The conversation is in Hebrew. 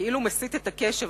מסיט את הקשב,